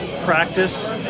practice